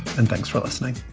and thanks for listening